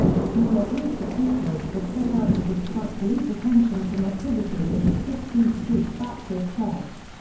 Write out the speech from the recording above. smaller groups of decoys were set out to distract police attention from activities at the sixteenth street baptist church.